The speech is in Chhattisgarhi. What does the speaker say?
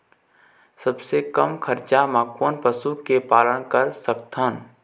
सबले कम खरचा मा कोन पशु के पालन कर सकथन?